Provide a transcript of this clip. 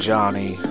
Johnny